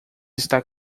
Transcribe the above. está